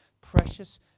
precious